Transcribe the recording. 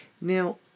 Now